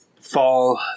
fall